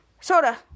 Soda